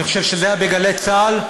אני חושב שזה היה בגלי צה"ל,